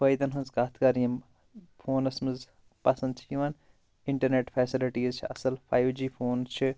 فٲیِدَن ہِنٛز کَتھ کَر یِم فونَس منٛز پَسنٛد چھِ یَوان اِنٹَرنٮ۪ٹ فیسَلٹیٖز چھِ اصٕل فایِو جی فون چھُ